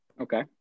Okay